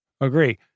Agree